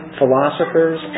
philosophers